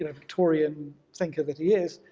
you know victorian thinker that he is,